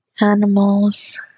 animals